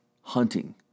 hunting